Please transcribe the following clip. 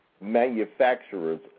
manufacturer's